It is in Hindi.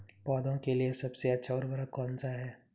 पौधों के लिए सबसे अच्छा उर्वरक कौनसा हैं?